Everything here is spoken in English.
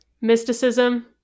Mysticism